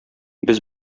без